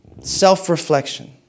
Self-reflection